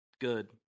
good